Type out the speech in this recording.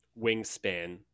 wingspan